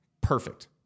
perfect